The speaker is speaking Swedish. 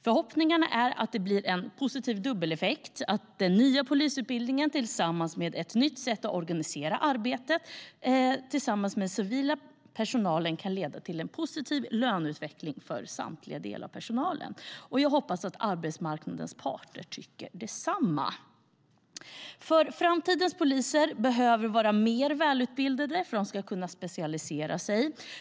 Förhoppningen är att det blir en positiv dubbeleffekt, att den nya polisutbildningen och ett nytt sätt att organisera arbetet tillsammans med den civila personalen kan leda till en positiv löneutveckling för samtliga delar av personalen. Och jag hoppas att arbetsmarknadens parter tycker detsamma, för framtidens poliser behöver vara mer välutbildade för att de ska kunna specialisera sig.